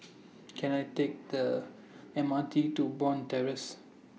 Can I Take The M R T to Bond Terrace